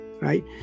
right